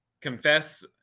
confess